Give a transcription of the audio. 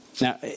Now